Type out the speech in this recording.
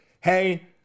hey